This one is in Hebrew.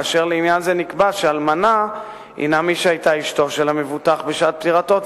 כאשר לעניין זה נקבע שאלמנה הינה מי שהיתה אשתו של המבוטח בשעת פטירתו,